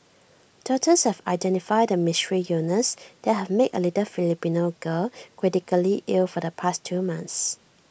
doctors have identified the mystery illness that has made A little Filipino girl critically ill for the past two months